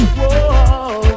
Whoa